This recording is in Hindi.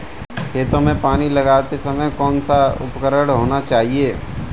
खेतों में पानी लगाते समय कौन सा उपकरण होना चाहिए?